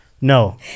No